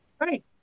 right